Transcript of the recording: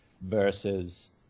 versus